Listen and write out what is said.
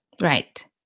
Right